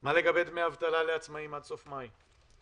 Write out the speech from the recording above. מה לגבי דמי אבטלה לעצמאיים עד סוף מאי?